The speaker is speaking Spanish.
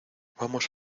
vamos